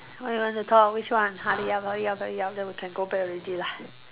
what you want to talk which one hurry up hurry up hurry up then we can go back already lah